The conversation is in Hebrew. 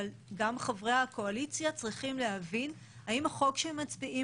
אבל גם חברי הקואליציה צריכים להבין אם החוק שהם מצביעים